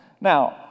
Now